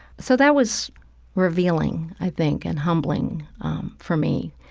so that was revealing, i think, and humbling for me.